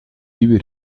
nieuwe